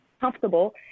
comfortable